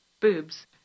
boobs